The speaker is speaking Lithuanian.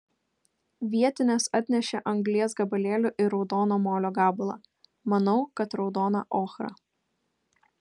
vietinės atnešė anglies gabalėlių ir raudono molio gabalą manau kad raudoną ochrą